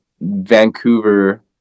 Vancouver